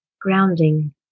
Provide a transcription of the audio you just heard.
grounding